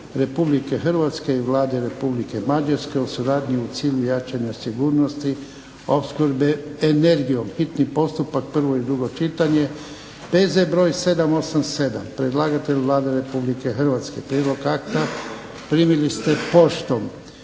Republike Hrvatske i Vlade Republike Mađarske o suradnji u cilju i jačanja sigurnosti opskrbe energijom, hitni postupak, prvo i drugo čitanje, P.Z. br. 787. Predlagatelj Vlada Republike Hrvatske. Prijedlog akta primili ste poštom.